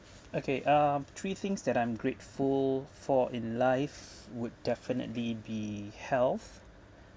okay um three things that I'm grateful for in life would definitely be health